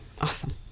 awesome